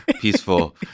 peaceful